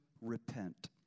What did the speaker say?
repent